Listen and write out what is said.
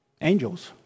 Angels